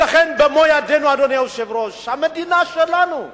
ולכן, במו-ידינו, אדוני היושב-ראש, המדינה שלנו,